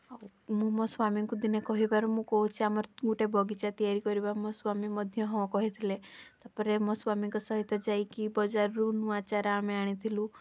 ଆଉ ମୁଁ ମୋ ସ୍ୱାମୀଙ୍କୁ ଦିନେ କହିବାରୁ ମୁଁ କହୁଛି ଆମର ଗୋଟେ ବଗିଚା ତିଆରି କରିବା ମୋ ସ୍ୱାମୀ ମଧ୍ୟ ହଁ କହିଥିଲେ ତା'ପରେ ମୋ ସ୍ୱାମୀଙ୍କ ସହିତ ଯାଇକି ବଜାରରୁ ନୂଆ ଚାରା ଆମେ ଆଣିଥିଲୁ